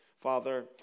Father